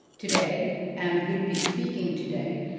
today and will be speaking today.